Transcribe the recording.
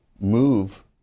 move